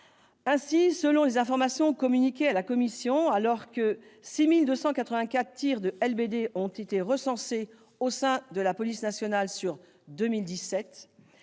Selon les informations communiquées à la commission, alors que 6 284 tirs de LBD ont été recensés au sein de la police nationale en 2017,